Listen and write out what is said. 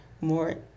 more